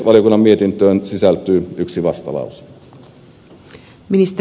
valiokunnan mietintöön sisältyy yksi vastalause